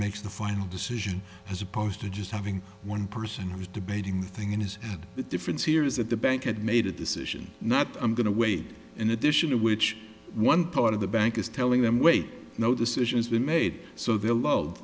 makes the final decision as opposed to just having one person who's debating the thing in his head the difference here is that the bank had made a decision not i'm going to wait in addition to which one part of the bank is telling them wait no decision's been made so they'll